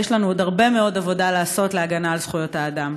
יש לנו עוד הרבה מאוד עבודה לעשות להגנה על זכויות האדם.